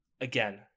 again